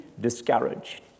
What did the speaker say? discouraged